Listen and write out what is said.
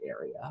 area